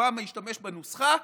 אובמה השתמש בנוסחה: